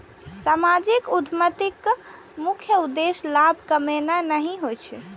सामाजिक उद्यमिताक मुख्य उद्देश्य लाभ कमेनाय नहि होइ छै